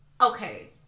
Okay